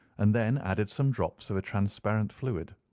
and then added some drops of a transparent fluid.